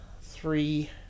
three